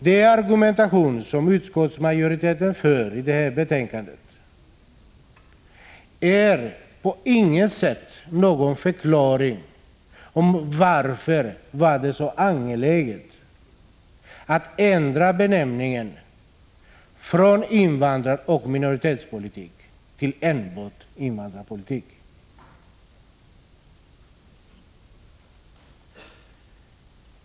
Den argumentation som utskottsmajoriteten för i betänkandet ger på intet sätt någon förklaring till varför det var så angeläget att ändra benämningen från ”invandraroch minoritetspolitik” till ”invandrarpolitik”.